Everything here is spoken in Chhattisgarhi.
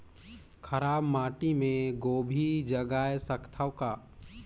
खराब माटी मे गोभी जगाय सकथव का?